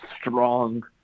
strong